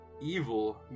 evil